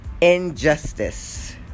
injustice